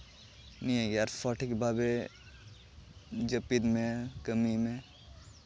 ᱱᱤᱭᱟᱹᱜᱮ ᱟᱨ ᱥᱚᱴᱷᱤᱠ ᱵᱷᱟᱵᱮ ᱡᱟᱹᱯᱤᱫ ᱢᱮ ᱠᱟᱹᱢᱤ ᱢᱮ